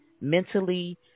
mentally